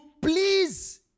please